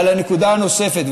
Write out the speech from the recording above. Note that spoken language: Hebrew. אבל הנקודה הנוספת,